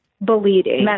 bleeding